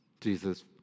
Jesus